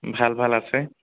ভাল ভাল আছে